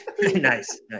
Nice